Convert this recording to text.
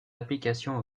applications